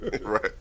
Right